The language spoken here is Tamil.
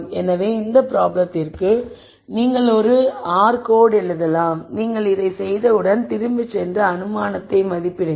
எனவே இந்த ப்ராப்ளத்திற்கு நீங்கள் ஒரு r கோட் எழுதலாம் நீங்கள் இதைச் செய்தவுடன் திரும்பி சென்று அனுமானத்தை மதிப்பிடுங்கள்